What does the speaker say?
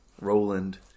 Roland